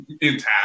intact